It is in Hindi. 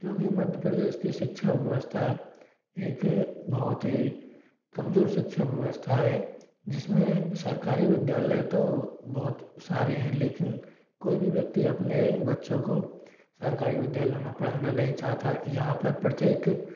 क्योंकि मध्य प्रदेश की शिक्षा व्यवस्था एक बहुत ही कमजोर शिक्षा व्यवस्था है जिसमें सरकारी विद्यालय तो बहुत सारे हैं लेकिन कोई भी व्यक्ति अपने बच्चों को सरकारी विद्यालय में पढ़ाना नहीं चाहता है यहाँ पर प्रत्येक